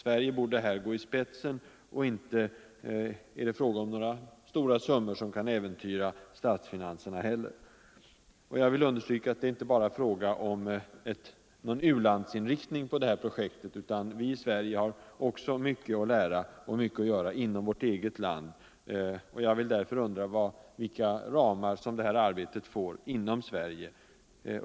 Sverige borde här gå i spetsen, och inte är det fråga om några stora summor som kan äventyra statsfinanserna heller. Jag vill understryka att detta projekt inte enbart har en u-landsinriktning. Vi i Sverige har också mycket att lära och mycket att göra inom vårt eget land. Jag undrar därför, inom vilka ekonomiska ramar detta arbete kommer att bedrivas i Sverige.